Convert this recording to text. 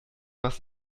was